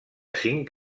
cinc